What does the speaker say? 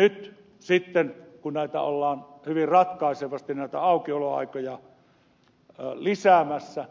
nyt sitten kun näitä aukioloaikoja ollaan hyvin ratkaisevasti lisäämässä